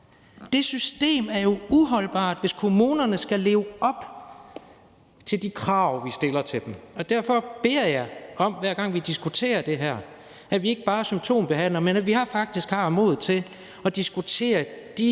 Det system er jo uholdbart, hvis kommunerne skal leve op til de krav, vi stiller til dem. Derfor beder jeg om, hver gang vi diskuterer det her, at vi ikke bare symptombehandler, men at vi faktisk har modet til at diskutere de